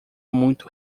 muito